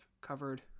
covered